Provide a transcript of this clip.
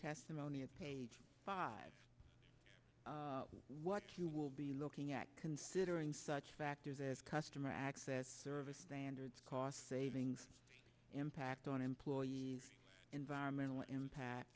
testimony at page five what you will be looking at considering such factors as customer access service standards cost savings impact on employee environmental impact